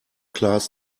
class